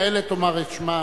המנהלת, תאמר את שמה.